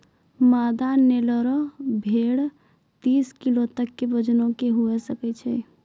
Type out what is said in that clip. मादा नेल्लोरे भेड़ तीस किलो तक के वजनो के हुए सकै छै